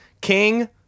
King